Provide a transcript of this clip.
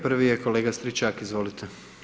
Prvi je kolega Stričak, izvolite.